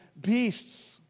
beasts